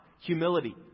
humility